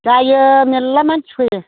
जायो मेल्ला मानसि फैयो